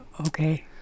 Okay